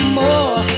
more